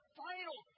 final